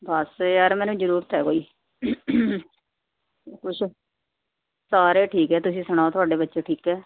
ਬਸ ਯਾਰ ਮੈਨੂੰ ਜ਼ਰੂਰਤ ਹੈ ਕੋਈ ਕੁਛ ਸਾਰੇ ਠੀਕ ਹੈ ਤੁਸੀਂ ਸੁਣਾਓ ਤੁਹਾਡੇ ਬੱਚੇ ਠੀਕ ਹੈ